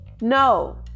No